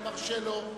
אני מרשה לו,